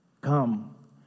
Come